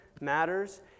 matters